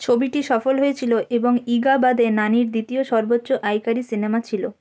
ছবিটি সফল হয়েছিলো এবং ইগা বাদে নানির দ্বিতীয় সর্বোচ্চ আয়কারী সিনেমা ছিল